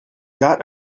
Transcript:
got